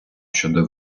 щодо